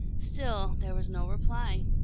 still there was no reply.